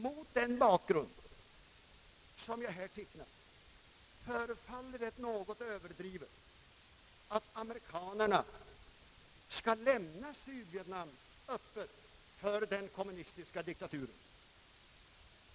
Mot den bakgrund som jag här tecknat förefaller det något överdrivet att hävda att amerikanarna skall lämna Sydvietnam öppet för den kommunistiska diktaturen.